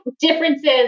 differences